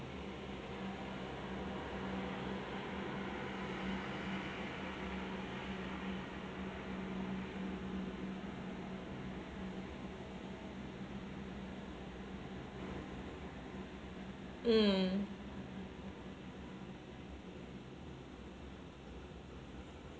mm